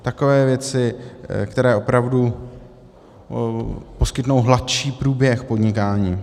Takové věci, které opravdu poskytnou hladší průběh podnikání.